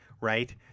right